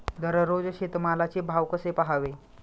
दररोज शेतमालाचे भाव कसे पहावे?